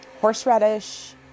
horseradish